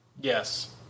Yes